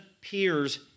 peers